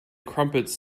crumpets